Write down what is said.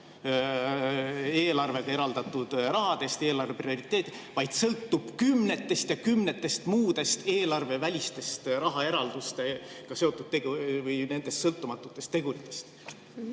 eelarves eraldatud rahadest – eelarve prioriteet –, vaid sõltuvad kümnetest ja kümnetest muudest eelarvevälistest rahaeraldustega seotud või nendest sõltumatutest teguritest?